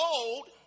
old